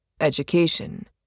Education